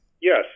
Yes